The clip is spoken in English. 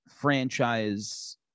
franchise